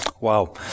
Wow